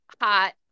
hot